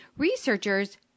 Researchers